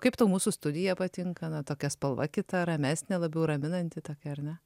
kaip tau mūsų studija patinka na tokia spalva kita ramesnė labiau raminanti tokia ar ne